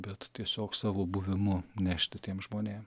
bet tiesiog savo buvimu nešti tiem žmonėm